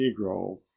negro